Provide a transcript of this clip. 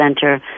center